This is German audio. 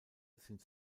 sind